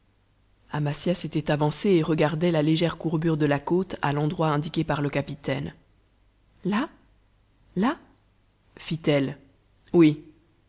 amasia s'était avancée et regardait la légère courbure de la côte à l'endroit indiqué par le capitaine là là fit-elle oui